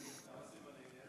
כמה סימנים יש?